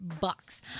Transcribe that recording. bucks